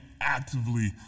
actively